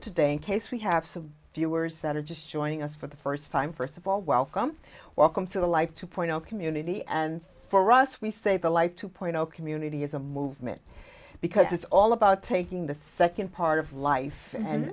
today case we have some viewers that are just joining us for the first time first of all welcome welcome to the like to point out community and for us we say the like two point zero community is a movement because it's all about taking the second part of life and